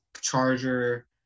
charger